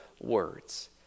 words